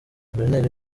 guverineri